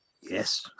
Yes